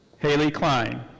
hailey klein.